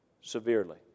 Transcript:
severely